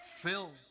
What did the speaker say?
Fill